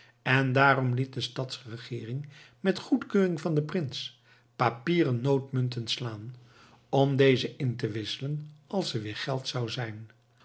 en daarom liet de stadsregeering met goedkeuring van den prins papieren noodmunten slaan om deze in te wisselen als er weer geld zou zijn